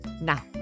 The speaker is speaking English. Now